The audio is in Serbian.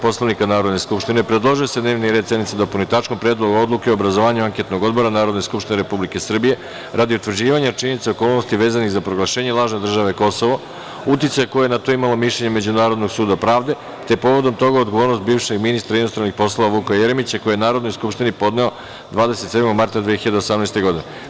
Poslovnika Narodne skupštine, predložio je da se dnevni red sednice dopuni tačkom Predlog odluke o obrazovanju anketnog odbora Narodne skupštine Republike Srbije, radi utvrđivanja činjenica i okolnosti vezanih za proglašenje lažne države Kosovo, uticaja koje je na to imalo mišljenje Međunarodnog suda pravde, te povodom toga odgovornost bivšeg ministra inostranih poslova Vuka Jeremića, koji je Narodnoj skupštini podneo 27. marta 2018. godine.